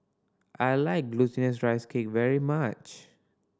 I like Glutinous Rice Cake very much